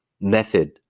method